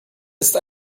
ist